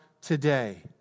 today